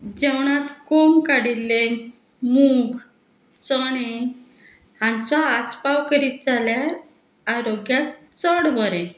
जेवणांत कोंब काडिल्ले मूग चणे हांचो आसपाव करीत जाल्यार आरोग्याक चड बरें